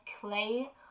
clay